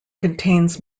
contains